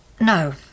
No